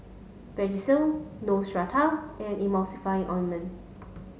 Vagisil Neostrata and Emulsying ointment